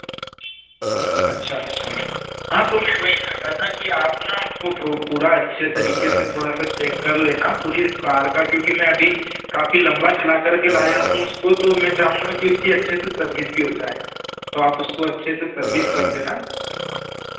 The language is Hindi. अच्छा अच्छा हाँ तो मैं वही चाह रहा था कि आप ना उसको प्रो पूरा अच्छे तरीके से थोड़ा सा चेक कर लेना पूरी कार का क्योंकि मैं अभी काफ़ी लम्बा चला करके लाया हूँ उसको तो मैं चाहूँगा कि उसकी अच्छे से सर्विस भी हो जाए तो आप उसको अच्छे से सर्विस कर देना